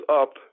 up